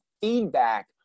feedback